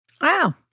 Wow